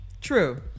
true